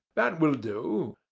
that will do.